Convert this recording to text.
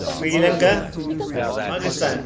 Sri Lanka Pakistan